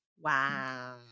Wow